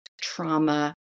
trauma